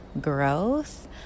growth